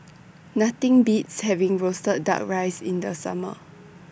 Nothing Beats having Roasted Duck Rice in The Summer